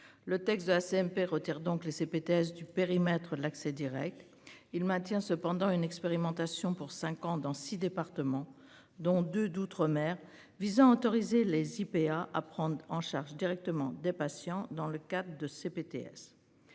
Le texte de la CMP Reuters donc les CPTS du périmètre de l'accès Direct. Il maintient cependant une expérimentation pour 5 ans dans 6 départements, dont 2 d'outre-mer visant à autoriser les IPA à prendre en charge directement des patients dans le cadre de ces